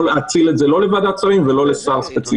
להאציל את זה לא לוועדת שרים ולא לשר ספציפי.